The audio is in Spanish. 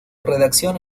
redacción